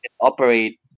operate